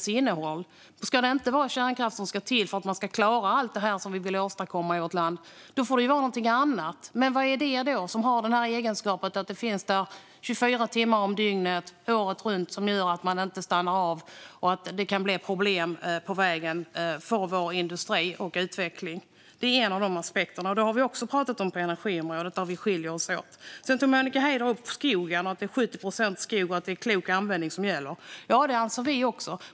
Ska det inte till kärnkraft för att vi ska klara allt det som vi vill åstadkomma i vårt land får det vara någonting annat. Men vad är det då för energislag som har egenskapen att det finns där 24 timmar om dygnet året runt och som gör att det inte stannar av och kan bli problem på vägen för vår industri och utveckling? Det är en av dessa aspekter. Det har vi också pratat om på energiområdet där vi skiljer oss åt. Sedan tog Monica Haider upp skogen, att det är 70 procent skog och att det är klok användning som gäller. Det anser vi också.